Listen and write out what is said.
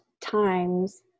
times